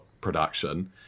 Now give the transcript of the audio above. production